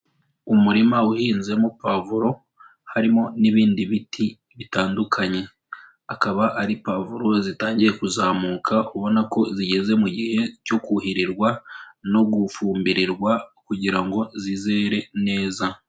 Umurima uhinzemo pavuro harimo n'ibindi biti bitandukanye, akaba ari pavuro zitangiye kuzamuka ubona ko zigeze mu gihe cyo kuhirirwa no gufumbirirwa kugira ngo zizere neza.